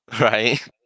right